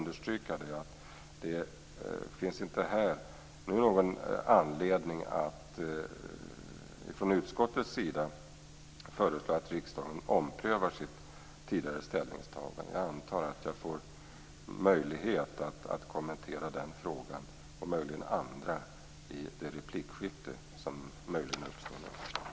Det finns inte här någon anledning att från utskottets sida föreslå att riksdagen omprövar sitt tidigare ställningstagande. Jag antar att jag får möjlighet att kommentera den frågan och även andra frågor i det replikskifte som möjligen kommer att uppstå.